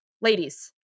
Ladies